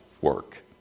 work